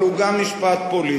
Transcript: אבל הוא גם משפט פוליטי.